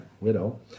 widow